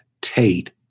Tate